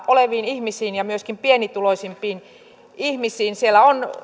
oleviin ihmisiin ja myöskin pienituloisimpiin ihmisiin siellä on